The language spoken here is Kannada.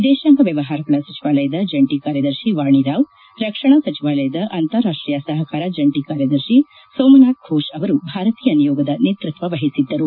ಎದೇಶಾಂಗ ವ್ಲವಹಾರಗಳ ಸಚಿವಾಲಯದ ಜಂಟ ಕಾರ್ಯದರ್ಶಿ ವಾಣಿ ರಾವ್ ರಕ್ಷಣಾ ಸಚಿವಾಲಯದ ಅಂತಾರಾಷ್ಷೀಯ ಸಹಕಾರ ಜಂಟಿ ಕಾರ್ಯದರ್ಶಿ ಸೋಮನಾಥ್ ಫೋಷ್ ಅವರು ಭಾರತೀಯ ನಿಯೋಗದ ನೇತೃತ್ವ ವಹಿಸಿದ್ದರು